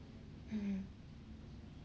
mmhmm